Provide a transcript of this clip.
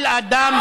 כל אדם,